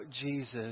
Jesus